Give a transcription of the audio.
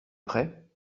prêt